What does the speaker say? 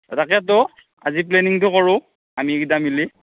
তাকেতো আজি প্লেনিংটো কৰোঁ আমিগিটা মিলি